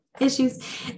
issues